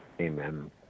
Amen